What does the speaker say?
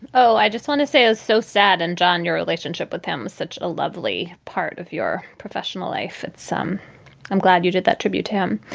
oh, i just want to say is so sad. and john, your relationship with them was such a lovely part of your professional life. it's some i'm glad you did that tribute to him.